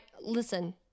listen